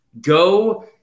Go